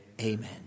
amen